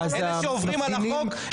אלה שעוברים על החוק.